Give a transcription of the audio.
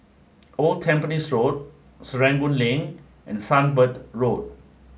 old Tampines Road Serangoon Link and Sunbird Road